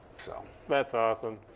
so that's awesome.